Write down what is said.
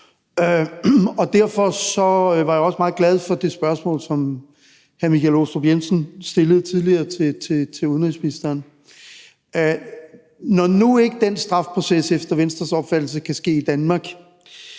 Derfor var jeg også meget glad for det spørgsmål, som hr. Michael Aastrup Jensen tidligere stillede til udenrigsministeren. Når nu den straffeproces ikke efter Venstres opfattelse kan ske i Danmark,